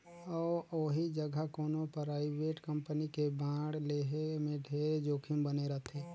अउ ओही जघा कोनो परइवेट कंपनी के बांड लेहे में ढेरे जोखिम बने रथे